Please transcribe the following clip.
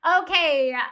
Okay